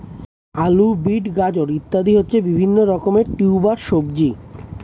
আলু, বিট, গাজর ইত্যাদি হচ্ছে বিভিন্ন রকমের টিউবার সবজি